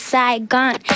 Saigon